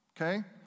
okay